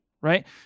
right